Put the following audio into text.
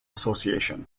association